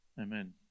Amen